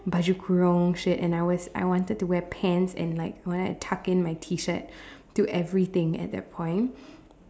baju kurung shit and I was I wanted to wear pants and like I wanted to tuck in my T-shirt do everything at that point